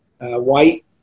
white